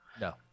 no